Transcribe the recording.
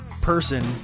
Person